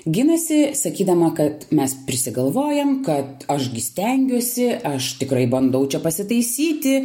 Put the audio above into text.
ginasi sakydama kad mes prisigalvojam kad aš gi stengiuosi aš tikrai bandau čia pasitaisyti